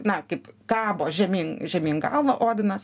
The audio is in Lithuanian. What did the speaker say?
na kaip kabo žemyn žemyn galva odinas